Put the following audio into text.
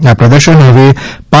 આ પ્રદર્શન હવે તા